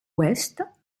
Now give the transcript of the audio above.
ouest